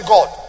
God